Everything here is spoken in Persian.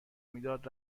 میداد